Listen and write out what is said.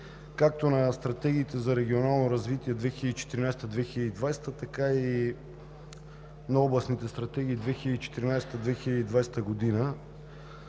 както на стратегиите за регионално развитие 2014 – 2020 г., така и на областните стратегии 2014 – 2020 г.,